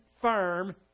firm